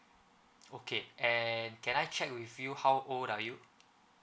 okay and can I check with you how old are you